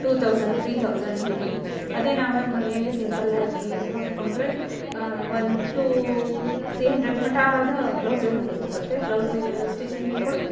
two thousand three thousand ಹೀಗಿದೆ ಅದೇ ನಾವೇ ಮನೆಯಲ್ಲಿ ಸಿಂಪಲ್ಲಾಗಿ ಹಾಕಿಕೊಂಡ್ರೆ ಒಂದು ಟೂ ತ್ರೀ ಹಂಡ್ರೆಡ್ ಮಟ್ಟ ಅದೂ ಬ್ಲೌಝೇ ಮುಗ್ದು ಹೋಗುತ್ತೆ ಬ್ಲೌಝಿಗೆ ಸ್ಟಿಚಿಂಗಿಗೆ ಕೊಟ್ಟರೆ